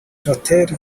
rotary